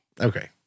okay